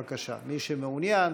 בבקשה, מי שמעוניין.